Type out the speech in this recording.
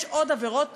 יש עוד עבירות